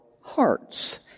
hearts